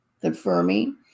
confirming